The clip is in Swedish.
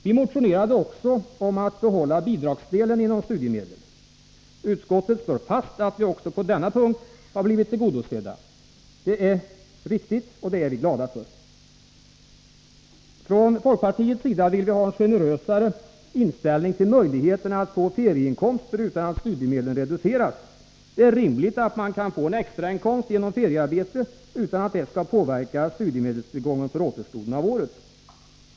Vi motionerade också om att behålla bidragsdelen inom studiemedlen. Utskottet slår fast att vi också på denna punkt har blivit tillgodosedda. Det är riktigt, och det är vi glada för. Från folkpartiets sida vill vi ha en generösare inställning till möjligheterna att få ferieinkomster utan att studiemedlen reduceras. Det är rimligt att man kan få en extrainkomst genom feriearbete utan att det skall påverka studiemedelstillgången för återstoden av året.